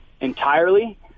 entirely